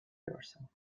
purcell